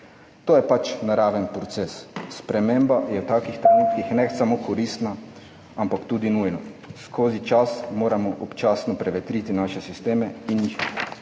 To je pač naraven proces. Sprememba je v takih trenutkih ne samo koristna, ampak tudi nujna. Skozi čas moramo občasno prevetriti sisteme in jih